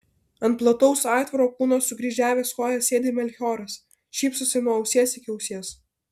ant plataus aitvaro kūno sukryžiavęs kojas sėdi melchioras šypsosi nuo ausies iki ausies